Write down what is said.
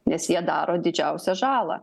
nes jie daro didžiausią žalą